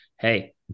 Hey